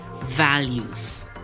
values